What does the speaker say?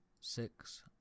six